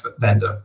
vendor